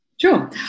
Sure